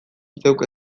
zeuk